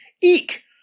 Eek